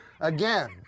again